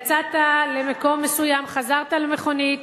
יצאת למקום מסוים, חזרת למכונית